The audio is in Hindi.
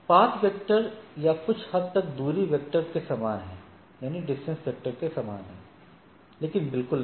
पाथ वेक्टर यह कुछ हद तक डिस्टेंस वेक्टर के समान है लेकिन बिल्कुल नहीं